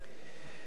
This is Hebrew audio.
ביטול הפטור